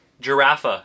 giraffe